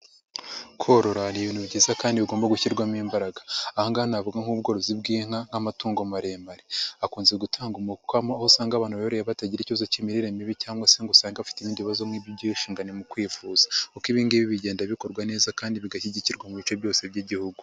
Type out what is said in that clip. Korora ni ibintu byiza kandi ugomba gushyirwamo imbaraga. Ahangaha navuga nk'ubworozi bw'inka nk'amatungo maremare, akunze gutanga umukamo ugasanga abantu baroreye batagira ikibazo cy'imirire mibi cyangwa se ngo usanga bafite ibindi bibazo nk'ibyubw'isungane mu kwivuza, kuko ibingibi bigenda bikorwa neza kandi bigashyigikirwa mu bice byose by'igihugu.